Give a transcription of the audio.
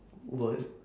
what